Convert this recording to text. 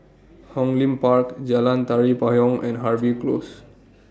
Hong Lim Park Jalan Tari Payong and Harvey Close